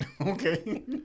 Okay